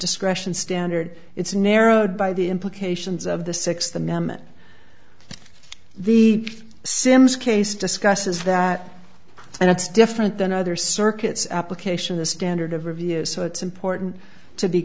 discretion standard it's narrowed by the implications of the six the memmott the sims case discusses that and it's different than other circuits application the standard of review so it's important to be